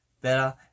better